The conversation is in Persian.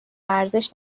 ارزش